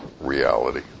reality